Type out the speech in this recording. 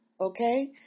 Okay